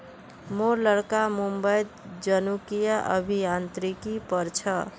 मोर लड़का मुंबईत जनुकीय अभियांत्रिकी पढ़ छ